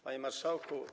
Panie Marszałku!